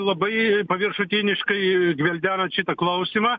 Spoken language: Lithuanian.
labai paviršutiniškai gvildenat šitą klausimą